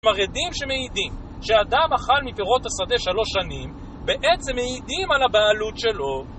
כלומר עדים שמעידים שאדם אכל מפירות השדה שלוש שנים, בעצם מעידים על הבעלות שלו